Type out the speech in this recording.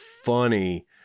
funny